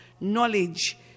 knowledge